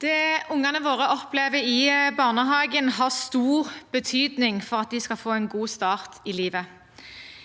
Det unge- ne våre opplever i barnehagen, har stor betydning for at de skal få en god start i livet.